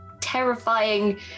terrifying